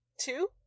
Two